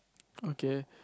okay